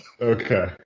Okay